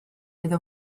iddo